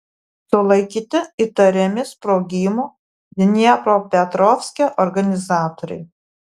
sulaikyti įtariami sprogimų dniepropetrovske organizatoriai